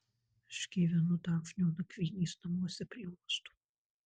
aš gyvenu dafnio nakvynės namuose prie uosto